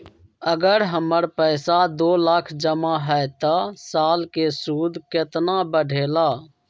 अगर हमर पैसा दो लाख जमा है त साल के सूद केतना बढेला?